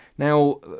Now